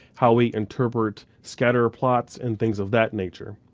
how we interpret scatterplots and things of that nature.